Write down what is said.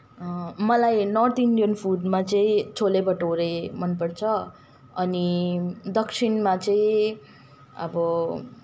मलाई north Indian फुडमा चाहिँ छोला बटोरा मनपर्छ अनि दक्षिणमा चाहिँ अब